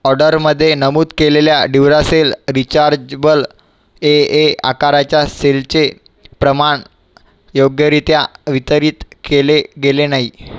ऑर्डरमध्ये नमूद केलेल्या ड्युरासेल रिचार्जेबल एए आकाराच्या सेलचे प्रमाण योग्यरित्या वितरित केले गेले नाही